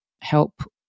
help